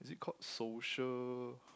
is it called social